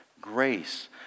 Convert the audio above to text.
Grace